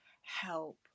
help